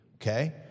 Okay